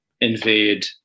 invade